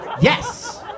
Yes